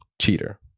cheater